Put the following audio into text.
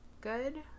good